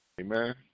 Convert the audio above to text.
Amen